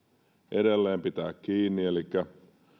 edelleen pitää kiinni elikkä